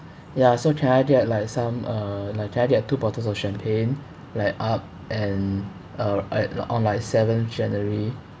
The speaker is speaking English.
ya so can I get like some uh like can I get two bottles of champagne like up and err a~ and on like seven january